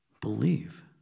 believe